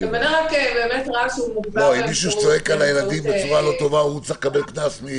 אם מישהו צועק על הילדים בצורה לא טובה הוא צריך לקבל קנס.